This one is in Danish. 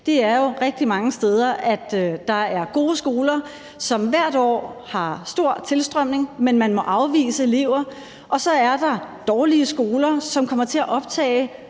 at der rigtig mange steder er gode skoler, som hvert år har en stor tilstrømning, men hvor man må afvise elever, og at der så er dårlige skoler, som kommer til at optage